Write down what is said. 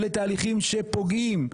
אלה תהליכים שפוגעים,